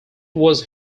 was